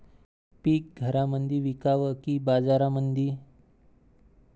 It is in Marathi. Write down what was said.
पीक घरामंदी विकावं की बाजारामंदी?